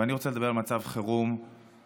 אבל אני רוצה לדבר על מצב חירום שלנו